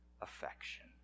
affection